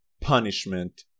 punishment